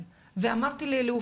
אני מחזקת את ידיכם,